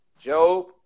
Job